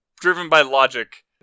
driven-by-logic